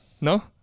No